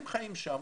הם חיים שם,